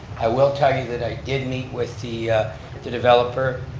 i will tell you that i did meet with the the developer,